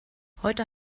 heute